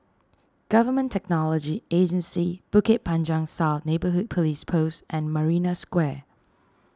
Government Technology Agency Bukit Panjang South Neighbourhood Police Post and Marina Square